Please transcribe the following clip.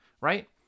right